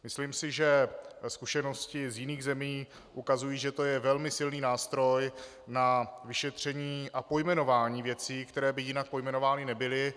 Myslím si, že zkušenosti z jiných zemí ukazují, že to je velmi silný nástroj na vyšetření a pojmenování věcí, které by jinak pojmenovány nebyly.